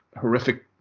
Horrific